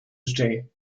today